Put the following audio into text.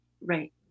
right